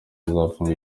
azafunga